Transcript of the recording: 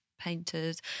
painters